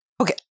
Okay